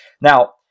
Now